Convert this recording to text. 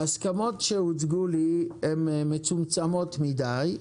ההסכמות שהוצגו לי מצומצמות מדי,